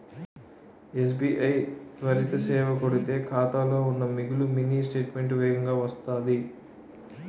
SBI త్వరిత సేవ కొడితే ఖాతాలో ఉన్న మిగులు మినీ స్టేట్మెంటు వేగంగా వత్తాది